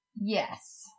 yes